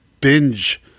binge